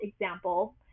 example